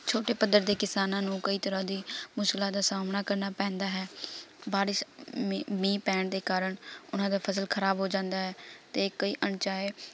ਛੋਟੇ ਪੱਧਰ ਦੇ ਕਿਸਾਨਾਂ ਨੂੰ ਕਈ ਤਰ੍ਹਾਂ ਦੀ ਮੁਸ਼ਕਲਾਂ ਦਾ ਸਾਹਮਣਾ ਕਰਨਾ ਪੈਂਦਾ ਹੈ ਬਾਰਿਸ਼ ਮੀ ਮੀਂਹ ਪੈਣ ਦੇ ਕਾਰਨ ਉਹਨਾਂ ਦਾ ਫਸਲ ਖ਼ਰਾਬ ਹੋ ਜਾਂਦਾ ਹੈ ਅਤੇ ਕਈ ਅਣਚਾਹੇ